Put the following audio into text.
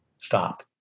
stop